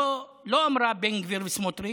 היא לא אמרה בן גביר וסמוטריץ',